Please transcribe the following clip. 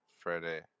Friday